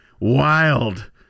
wild